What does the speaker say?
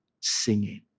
singing